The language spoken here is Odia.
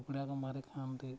କୁକୁଡ଼ାକୁ ମାରି ଖାଆନ୍ତି